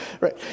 right